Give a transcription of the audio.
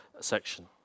section